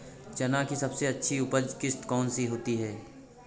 चना की सबसे अच्छी उपज किश्त कौन सी होती है?